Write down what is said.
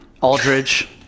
Aldridge